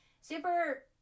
Super